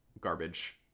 garbage